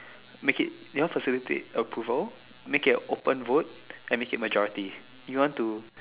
make it you know facilitate a approval make it an open vote and make it majority you want to